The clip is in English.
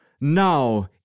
now